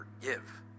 forgive